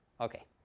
Okay